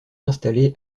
installé